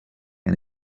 and